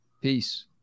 Peace